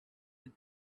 that